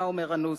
מה אומר הנוסח: